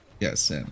Yes